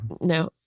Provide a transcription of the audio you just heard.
No